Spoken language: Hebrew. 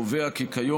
קובע כי כיום,